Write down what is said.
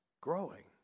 growing